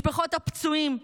משפחות הפצועים,